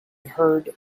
heard